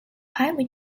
highly